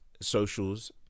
socials